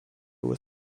were